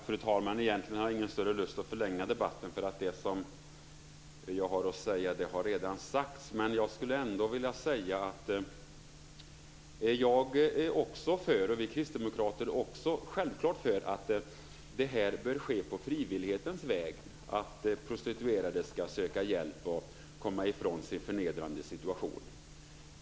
Fru talman! Egentligen har jag ingen större lust att förlänga debatten, för det jag har att säga har redan sagts. Men jag skulle ändå vilja säga att vi kristdemokrater självklart också är för att prostituerade söker hjälp och kommer ifrån sin förnedrande situation på frivillighetens väg.